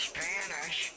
Spanish